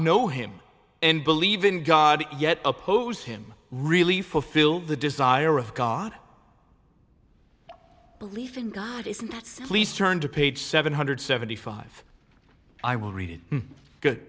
know him and believe in god yet oppose him really fulfill the desire of god belief in god please turn to page seven hundred seventy five i will read good